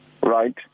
right